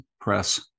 press